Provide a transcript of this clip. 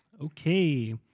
Okay